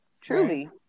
truly